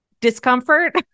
discomfort